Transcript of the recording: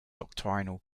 doctrinal